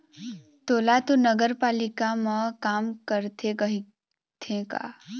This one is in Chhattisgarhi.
तोला तो नगरपालिका म काम करथे कहिथे का?